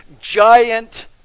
giant